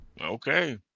okay